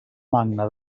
magna